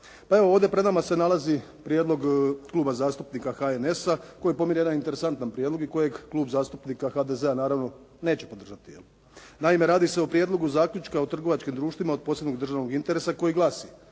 Pa evo ovdje pred nama se nalazi prijedlog Kluba zastupnika HNS-a, koji je po meni jedan interesantan prijedlog i kojeg Klub zastupnika HDZ-a naravno neće podržati je li. Naime, radi se o Prijedlogu zaključka o trgovačkim društvima od posebnog državnog interesa koji glasi.